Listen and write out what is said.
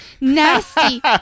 nasty